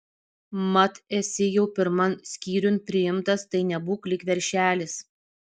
mat esi jau pirman skyriun priimtas tai nebūk lyg veršelis